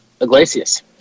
Iglesias